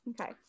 Okay